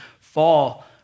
fall